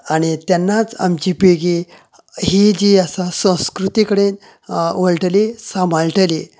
आनी तेन्नाच आमची पिळगी ही जी आसा संस्कृती कडेन वळटली सांबाळटली